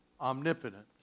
omnipotent